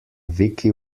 vicki